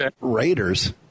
Raiders